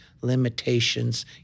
limitations